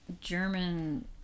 german